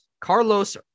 Carlos